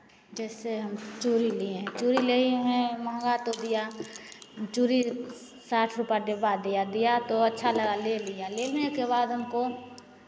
जैसे हम चूड़ी लिए हैं चूड़ी लिये हैं महँगा तो दिया चूड़ी साठ रुपये डब्बा दिया दिया तो अच्छा लगा ले लिया लेने के बाद हमको